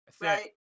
Right